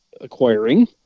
acquiring